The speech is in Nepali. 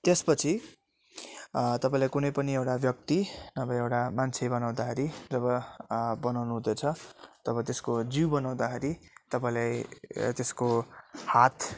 त्यसपछि तपाईँलाई कुनै पनि एउटा व्यक्ति नभए एउटा मान्छे बनाउँदाखेरि जब बनाउनु हुँदैछ तब त्यसको जिउ बनाउँदाखेरि तपाईँले त्यसको हात